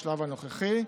בשלב הנוכחי.